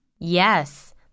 Yes